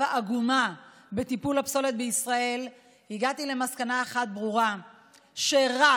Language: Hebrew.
העגומה בטיפול בפסולת בישראל הגעתי למסקנה אחת ברורה: רק,